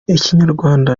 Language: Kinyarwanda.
ikinyarwanda